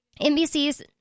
NBC's